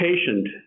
patient